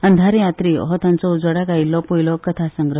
अंधारयात्री हो तांचो उजवाडाक आयिल्लो पयलो कथा झेलो